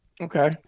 Okay